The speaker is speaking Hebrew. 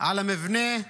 על המבנה,